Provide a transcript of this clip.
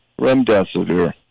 remdesivir